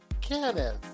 kenneth